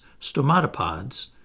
stomatopods